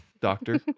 doctor